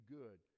good